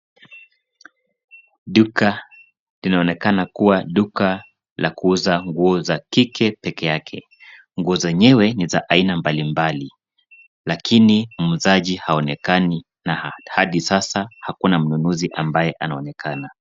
Duka linaonekana kua duka la kuuza nguo za kike pekeake. Nguo zenyewe ni za aina mbali mbali, lakini muuzaji haonekani, na hadi sasa hakuna mnunuzi ambaye anaonekana.